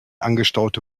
angestaute